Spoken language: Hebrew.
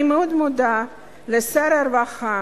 אני מאוד מודה לשר הרווחה,